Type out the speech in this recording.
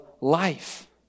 life